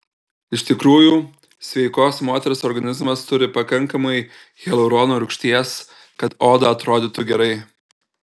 iš tikrųjų sveikos moters organizmas turi pakankamai hialurono rūgšties kad oda atrodytų gerai